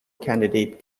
candidate